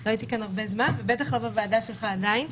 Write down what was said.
לא הייתי כאן הרבה זמן, ובטח לא בוועדה שלך עדיין.